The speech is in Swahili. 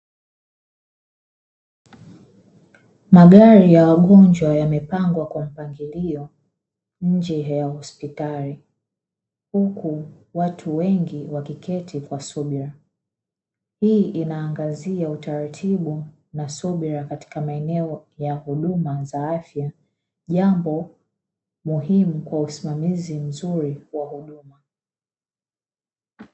Magari ya wagonjwa yamepangwa kwa mpangilio nje ya hospitali, huku watu wengi wakiketi kwa subira. Hii inaangazia utaratibu na subira katika maeneo ya huduma za afya, jambo muhimu kwa usimamizi mzuri wa huduma.